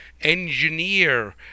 engineer